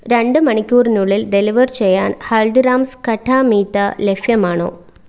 രണ്ട് മണിക്കൂറിനുള്ളിൽ ഡെലിവർ ചെയ്യാൻ ഹൽദിറാംസ് ഖട്ടാ മീത്ത ലഭ്യമാണോ